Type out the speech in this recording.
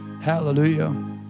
Hallelujah